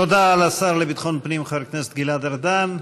תודה לשר לביטחון הפנים חבר הכנסת גלעד ארדן.